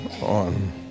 on